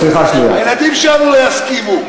הילדים שלנו לא יסכימו.